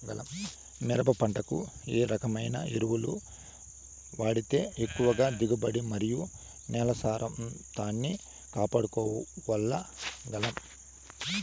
మిరప పంట కు ఏ రకమైన ఎరువులు వాడితే ఎక్కువగా దిగుబడి మరియు నేల సారవంతాన్ని కాపాడుకోవాల్ల గలం?